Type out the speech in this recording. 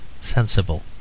sensible